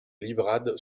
livrade